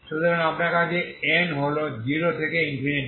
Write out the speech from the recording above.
সুতরাং আপনার কাছে n হল 0 থেকে ইনফিনিটি